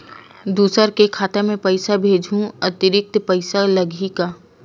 दूसरा के खाता म पईसा भेजहूँ अतिरिक्त पईसा लगही का?